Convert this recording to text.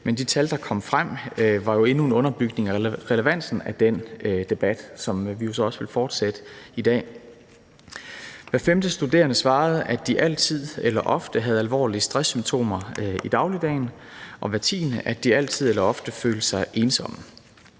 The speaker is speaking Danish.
men de tal, der kom frem, var jo endnu en underbygning af relevansen af den debat, som vi så også vil fortsætte i dag. Hver femte studerende svarede, at de altid eller ofte havde alvorlige stresssymptomer i dagligdagen, og hver tiende, at de altid eller ofte følte sig ensomme.